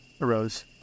arose